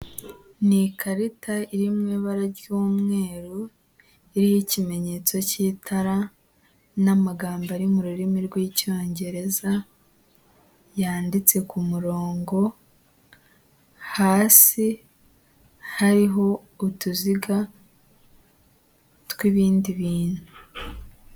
Ni ikarita iri mu ibara ry'umweru, iriho ikimenyetso cy'itara n'amagambo ari mu rurimi rw'icyongereza yanditse ku murongo, hasi hariho utuziga tw'ibindi bintu.